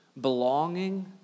belonging